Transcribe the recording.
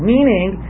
Meaning